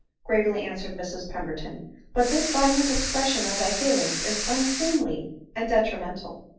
gravely answered mrs pember ton but this violent expression of thy feelings is un seemly and detrimental.